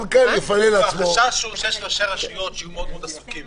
החשש הוא שיש ראשי רשויות שיהיו מאוד מאוד עסוקים